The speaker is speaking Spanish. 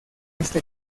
este